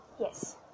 Yes